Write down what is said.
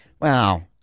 Wow